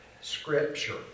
Scripture